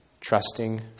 trusting